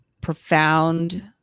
profound